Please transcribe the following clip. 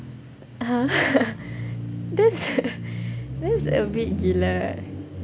!huh! that's that's a bit gila